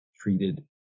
treated